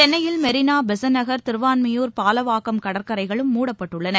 சென்னையில் மெரினா பெசன்ட் திருவான்மியூர் பாலவாக்கம் நகர் கடற்கரைகளும் ழடப்பட்டுள்ளன